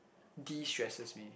destresses me